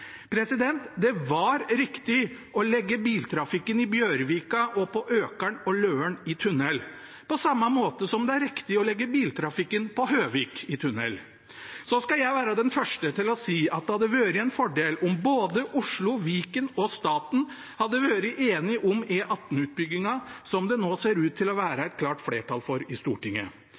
Det var riktig å legge biltrafikken i Bjørvika og på Økern og Løren i tunnel, på samme måte som det er riktig å legge biltrafikken på Høvik i tunnel. Så skal jeg være den første til å si at det hadde vært en fordel om både Oslo, Viken og staten hadde vært enige om E18-utbyggingen som det nå ser ut til å være et klart flertall for i Stortinget.